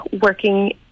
working